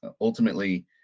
Ultimately